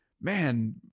man